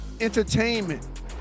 entertainment